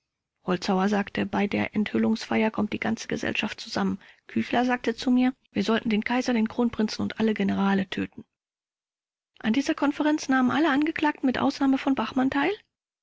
holzhauer sagte bei der enthüllungsfeier kommt die ganze gesellschaft zusammen küchler sagte zu mir wir sollten den kaiser den kronprinzen und alle generale töten vors an dieser konferenz nahmen alle angeklagten mit ausnahme von bachmann teil